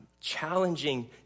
challenging